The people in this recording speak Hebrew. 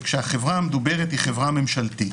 וכשהחברה המדוברת היא חברה ממשלתית.